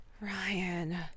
ryan